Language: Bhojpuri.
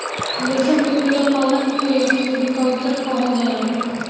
रेशम के कीड़ा पालन के सेरीकल्चर कहल जाला